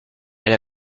elle